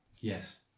Yes